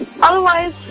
Otherwise